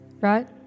Right